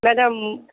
madam